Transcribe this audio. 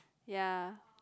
ya